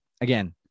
Again